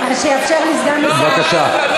בבקשה.